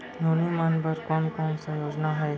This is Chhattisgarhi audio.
नोनी मन बर कोन कोन स योजना हे?